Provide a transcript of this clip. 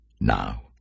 now